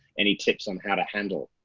any tips on how to handle?